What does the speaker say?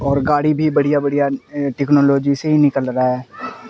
اور گاڑی بھی بڑھیا بڑھیا ٹیکنالوجی سے ہی نکل رہا ہے